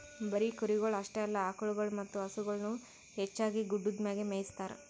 ಬರೀ ಕುರಿಗೊಳ್ ಅಷ್ಟೆ ಅಲ್ಲಾ ಆಕುಳಗೊಳ್ ಮತ್ತ ಹಸುಗೊಳನು ಹೆಚ್ಚಾಗಿ ಗುಡ್ಡದ್ ಮ್ಯಾಗೆ ಮೇಯಿಸ್ತಾರ